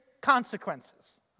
consequences